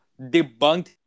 debunked